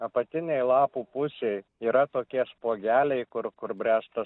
apatinėj lapų pusėj yra tokie spuogeliai kur kur bręsta